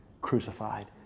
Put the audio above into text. crucified